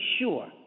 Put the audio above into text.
sure